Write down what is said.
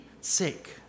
sick